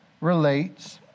relates